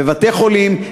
בבתי-חולים,